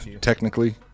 technically